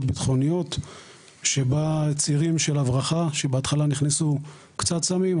ביטחוניות שבה צעירים של הברחה שבהתחלה נכנסו קצת סמים,